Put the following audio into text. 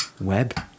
web